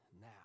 now